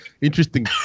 interesting